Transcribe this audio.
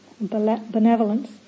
benevolence